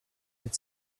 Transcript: had